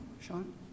Sean